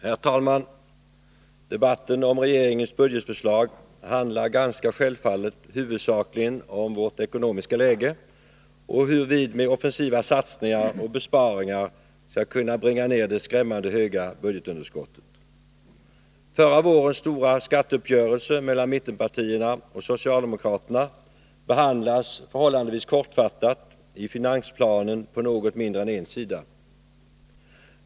Herr talman! Debatten om regeringens budgetförslag handlar ganska självfallet huvudsakligen om vårt ekonomiska läge och om hur vi med offensiva satsningar och besparingar skall kunna bringa ner det skrämmande höga budgetunderskottet. Förra vårens stora skatteuppgörelse mellan mittenpartierna och socialdemokraterna behandlas förhållandevis kortfattat, i finansplanen på något mindre än en sida.